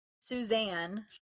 Suzanne